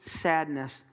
sadness